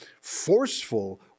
forceful